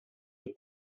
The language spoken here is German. mit